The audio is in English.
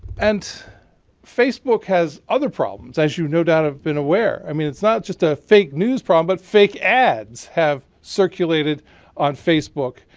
and facebook has other problems, as you no doubt have been aware. i mean it's not just a fake news problem, but fake ads have circulated on facebook,